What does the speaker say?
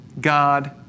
God